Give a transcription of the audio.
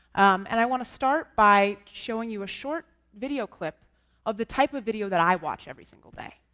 and i want to start by showing you a short video clip of the type of video that i watch every single day.